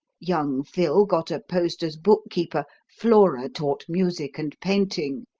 young phil got a post as bookkeeper, flora taught music and painting,